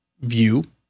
view